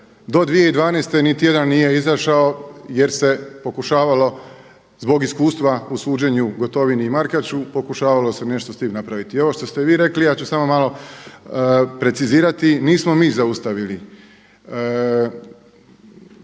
Do 2012. niti jedan nije izašao jer se pokušavalo zbog iskustva u suđenju Gotovini i Markaču pokušavalo se nešto s tim napraviti. I ovo što ste vi rekli ja ću samo malo precizirati. Nismo mi zaustavili